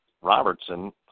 Robertson